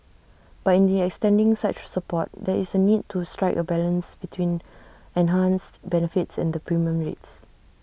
but in the extending such support there is A need to strike A balance between enhanced benefits and the premium rates